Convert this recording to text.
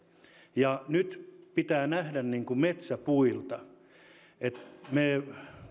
nyt pitää nähdä metsä puilta me